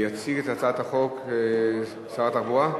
יציג את הצעת החוק שר התחבורה.